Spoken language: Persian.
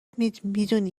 میدونی